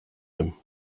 him